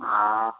आ